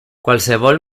qualsevol